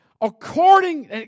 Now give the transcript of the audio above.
according